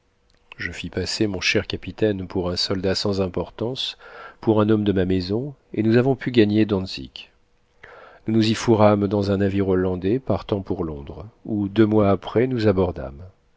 je fis passer mon cher capitaine pour un soldat sans importance pour un homme de ma maison et nous avons pu gagner dantzick nous nous y fourrâmes dans un navire hollandais partant pour londres où deux mois après nous